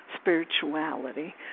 spirituality